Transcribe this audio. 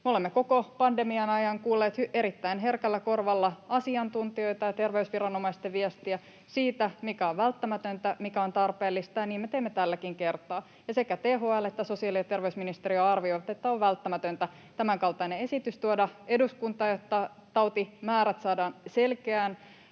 olemme koko pandemian ajan kuulleet erittäin herkällä korvalla asiantuntijoita ja terveysviranomaisten viestiä siitä, mikä on välttämätöntä, mikä on tarpeellista, ja niin me teimme tälläkin kertaa, ja sekä THL että sosiaali‑ ja terveysministeriö arvioivat, että on välttämätöntä tämänkaltainen esitys tuoda eduskuntaan, jotta tautimäärät saadaan selkeään